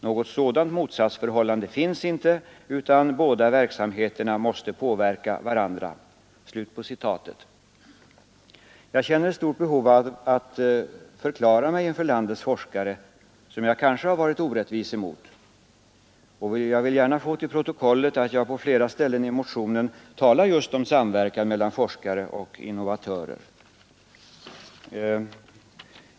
Något sådant motsatsförhållande ste påverka varandra.” finns inte, utan de båda verksamheter Jag känner ett stort behov av att förklara mig inför landets forskare, som jag kanske har varit orättvis emot, och vill gärna få till protokollet att jag på flera ställen i motionen skriver just om samverkan mellan forskare och innovatörer.